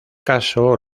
caso